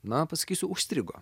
na pasakysiu užstrigo